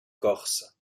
corse